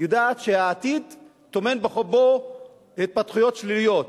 יודעת שהעתיד טומן בחובו התפתחויות שליליות,